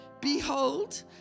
Behold